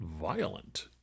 violent